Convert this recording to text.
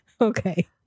okay